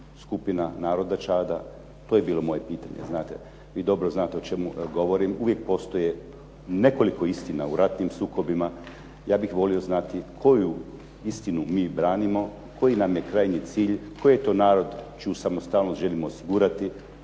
skupina naroda Čada to je bilo moje pitanje. Znate? Vi dobro znate o čemu govorim. Uvijek postoje nekoliko istina u ratnim sukobima. Ja bih volio znati koju istinu mi branimo, koji nam je krajnji cilj. Koji je to narod čiju samostalnost želimo osigurati.